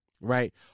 right